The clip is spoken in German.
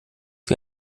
wie